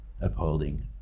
upholding